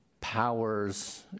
powers